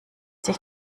sich